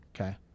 okay